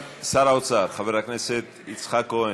חברת הכנסת מיכל בירן,